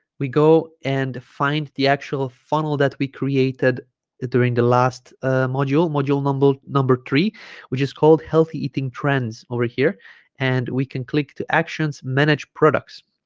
we go and find the actual funnel that we created during the last ah module module number number three which is called healthy eating trends over here and we can click to actions manage products